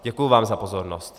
Děkuji vám za pozornost.